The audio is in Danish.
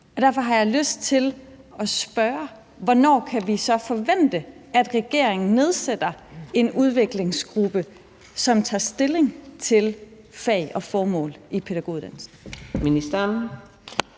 Derfor har jeg lyst til at spørge: Hvornår kan vi så forvente at regeringen nedsætter en udviklingsgruppe, som tager stilling til fag og formål i pædagoguddannelsen?